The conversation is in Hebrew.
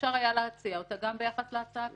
אפשר היה להציע אותה גם ביחס להצעה הקיימת.